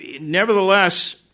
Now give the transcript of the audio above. nevertheless